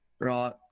right